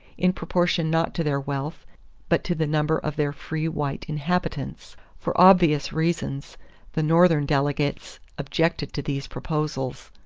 in proportion not to their wealth but to the number of their free white inhabitants. for obvious reasons the northern delegates objected to these proposals.